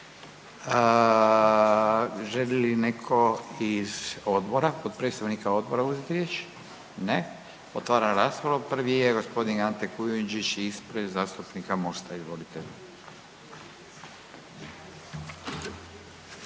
Želi li netko iz odbora, od predstavnika odbora uzeti riječ? Ne. Otvaram raspravu. Prvi je gospodin Ante Kujundžić ispred zastupnika MOST-a, izvolite.